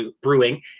brewing